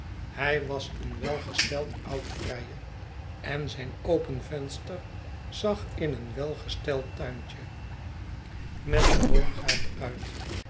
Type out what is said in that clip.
hij was een welgesteld oud vrijer en zijn open venster zag in een welgesteld tuintje met een boomgaard uit